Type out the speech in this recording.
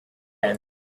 end